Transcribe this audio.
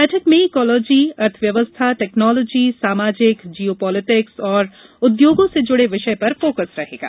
बैठक में ईकोलॉजी अर्थ व्यवस्था टेक्नोलॉजी सामाजिक जियो पॉलिटिक्स और उद्योगों से जुड़े विषय पर फोकस रहेगा